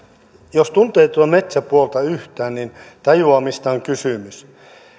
jos tuntee tuota metsäpuolta yhtään niin tajuaa mistä on kysymys